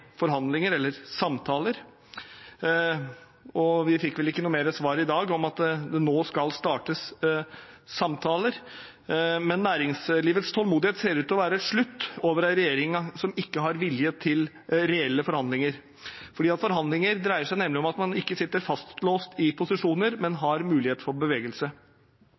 forhandlinger eller samtaler. Vi fikk vel ikke noe mer svar i dag om det nå skal startes samtaler, men næringslivets tålmodighet med en regjering som ikke har vilje til reelle forhandlinger, ser ut til å være slutt. Forhandlinger dreier seg nemlig om at man ikke sitter fastlåst i posisjoner, men har mulighet for bevegelse.